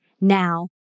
now